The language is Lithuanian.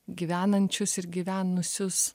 gyvenančius ir gyvenusius